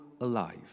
alive